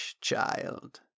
child